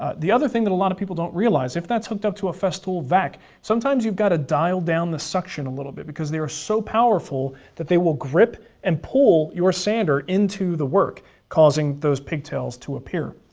ah the other thing that a lot of people don't realize if that's hooked up to a festool vac sometimes you've got to dial down the suction a little bit because they are so powerful that they will grip and pull your sander into the work causing those pigtails to appear.